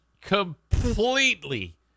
completely